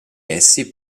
essi